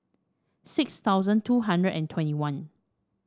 six thousand two hundred and twenty one